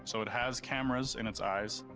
so it has cameras in its eyes,